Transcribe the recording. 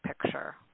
picture